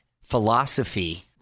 philosophy